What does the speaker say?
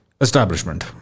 establishment